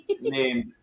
named